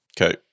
Okay